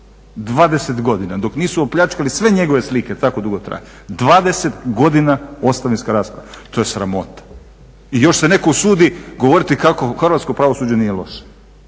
20 godina dok nisu opljačkali sve njegove slike, tako dugo traje, 20 godina ostavinska rasprava, to je sramota i još se neko usudi govoriti kako hrvatsko pravosuđe nije loše,